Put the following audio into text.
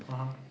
(uh huh)